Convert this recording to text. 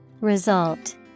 Result